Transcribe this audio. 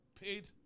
paid